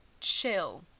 chill